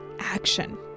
action